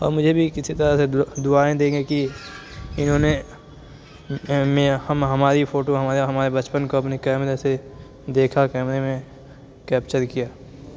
اور مجھے بھی کسی طرح سے دعائیں دیں گے کہ انہوں نے ہماری فوٹو ہمارے بچپن کو اپنے کیمرے سے دیکھا کیمرے میں کیپچر کیا